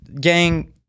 Gang